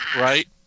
Right